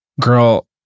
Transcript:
girl